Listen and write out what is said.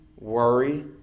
worry